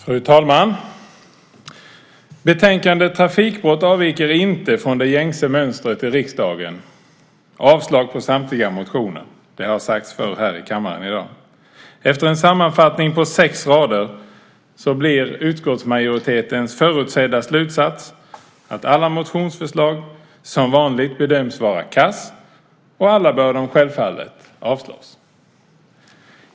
Fru talman! Betänkandet Trafikbrott avviker inte från det gängse mönstret i riksdagen: Avslag på samtliga motioner. Det har sagts förr här i kammaren i dag. Efter en sammanfattning på sex rader blir utskottsmajoritetens förutsedda slutsats att alla motionsförslag som vanligt bedöms vara kass, och alla bör de självfallet avslås.